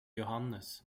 johannes